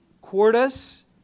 Quartus